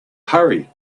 hurry